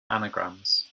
anagrams